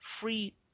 free